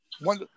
one